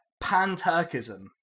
Pan-Turkism